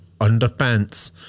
underpants